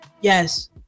Yes